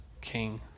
King